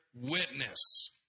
witness